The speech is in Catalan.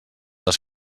les